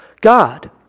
God